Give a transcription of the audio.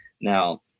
Now